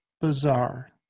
bizarre